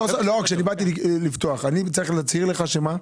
כשבאתי לפתוח אני צריך להצהיר לך שמה?